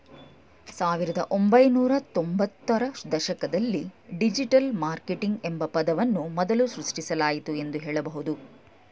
ಸಾವಿರದ ಒಂಬೈನೂರ ತ್ತೊಂಭತ್ತು ರ ದಶಕದಲ್ಲಿ ಡಿಜಿಟಲ್ ಮಾರ್ಕೆಟಿಂಗ್ ಎಂಬ ಪದವನ್ನು ಮೊದಲು ಸೃಷ್ಟಿಸಲಾಯಿತು ಎಂದು ಹೇಳಬಹುದು